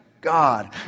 God